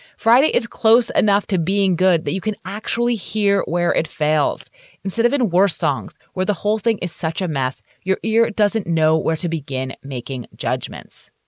friday is close enough to being good, but you can actually hear where it fails instead of in worse songs where the whole thing is such a mess, your ear doesn't know where to begin making judgments.